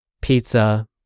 pizza